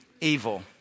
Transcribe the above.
evil